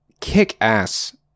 kick-ass